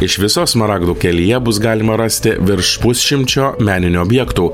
iš viso smaragdų kelyje bus galima rasti virš pusšimčio meninių objektų kurie